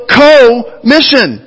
co-mission